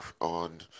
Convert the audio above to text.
on